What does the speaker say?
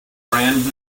brand